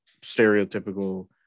stereotypical